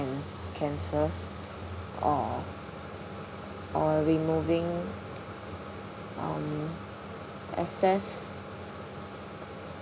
and cancers or or removing um excess